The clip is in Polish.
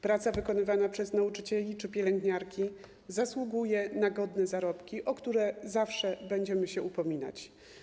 Praca wykonywana przez nauczycieli czy pielęgniarki zasługuje na godne zarobki, o które zawsze będziemy się upominać.